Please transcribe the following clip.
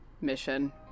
mission